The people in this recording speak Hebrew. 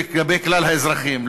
לגבי כלל האזרחים,